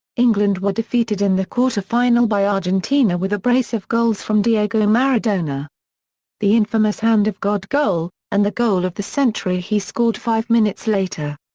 england were defeated in the quarter-final by argentina with a brace of goals from diego maradona the infamous hand of god goal, and the goal of the century he scored five minutes later.